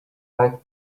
back